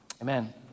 Amen